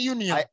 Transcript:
Union